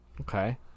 Okay